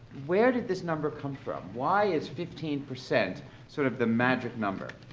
where did this number come from? why is fifteen percent sort of the magic number?